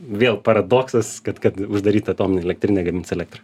vėl paradoksas kad kad uždaryta atominė elektrinė gamins elektrą